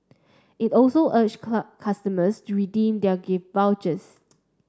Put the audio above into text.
it also urged customers to redeem their gift vouchers